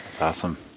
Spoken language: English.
awesome